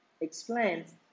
explains